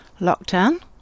lockdown